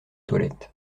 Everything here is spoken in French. toilette